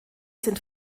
sind